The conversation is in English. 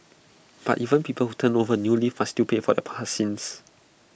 but even people who turn over new leaf must still pay for their past sins